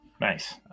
Nice